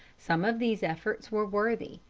some of these efforts were worthy,